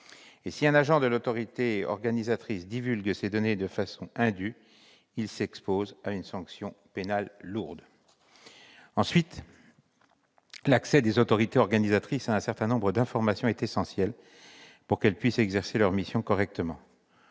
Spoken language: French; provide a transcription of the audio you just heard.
si un agent de l'autorité organisatrice de transport divulgue ces données de façon indue, il s'expose à une sanction pénale lourde. L'accès des autorités organisatrices de transport à un certain nombre d'informations est essentiel pour qu'elles puissent exercer leurs missions correctement.